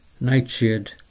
nightshade